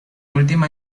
última